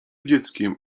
dzieckiem